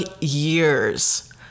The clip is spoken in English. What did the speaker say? years